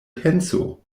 penso